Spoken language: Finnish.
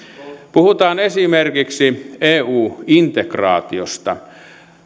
puhutaan esimerkiksi eu integraatiosta